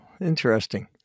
interesting